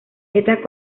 estas